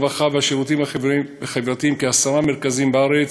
הרווחה והשירותים החברתיים כעשרה מרכזים בארץ,